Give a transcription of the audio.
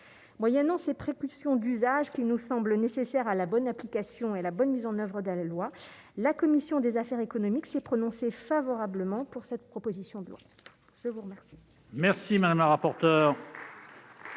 moyennant ces précautions d'usage qui nous semble nécessaire à la bonne application et la bonne mise en oeuvre de la loi, la commission des affaires économiques, s'est prononcée favorablement pour cette proposition de loi, je vous remercie. Merci madame la rapporteure.